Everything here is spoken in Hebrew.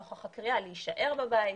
נוכח הקריאה להישאר בבית,